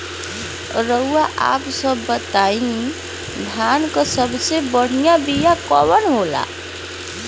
रउआ आप सब बताई धान क सबसे बढ़ियां बिया कवन होला?